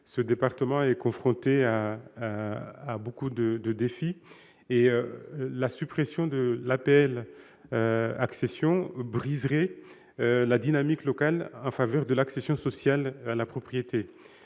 Ce département est confronté à nombre de défis et la suppression de l'APL-accession briserait la dynamique locale en faveur de l'accession sociale à la propriété.